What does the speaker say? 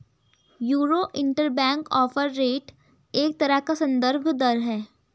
euro interbank offer rate एक तरह का सन्दर्भ दर है